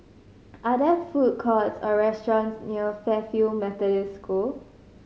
are there food courts or restaurants near Fairfield Methodist School